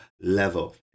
level